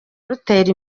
rutera